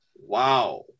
Wow